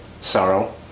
sorrow